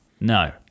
No